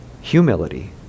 Humility